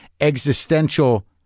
existential